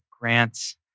grants